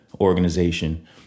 organization